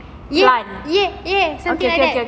okay okay okay okay